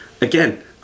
again